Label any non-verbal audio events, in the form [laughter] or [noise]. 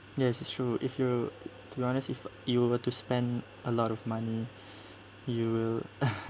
yes it's true if you to be honest if you were to spend a lot of money you will [laughs]